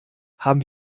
haben